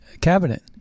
cabinet